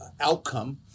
outcome